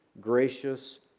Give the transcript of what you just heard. gracious